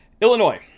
Illinois